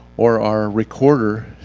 or our recorder.